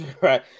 right